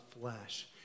flesh